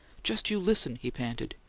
just you listen! he panted.